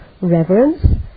reverence